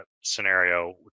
scenario